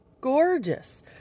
gorgeous